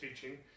teaching